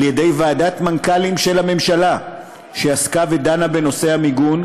ידי ועדת מנכ"לים של הממשלה שעסקה ודנה בנושא המיגון,